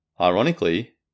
Ironically